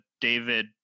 David